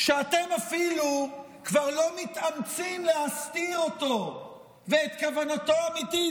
שאתם אפילו כבר לא מתאמצים להסתיר אותו ואת כוונתו האמיתית.